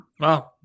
Wow